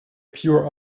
pure